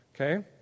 Okay